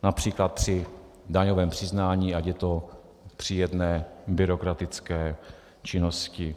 Například při daňovém přiznání, ať je to při jedné byrokratické činnosti.